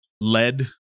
lead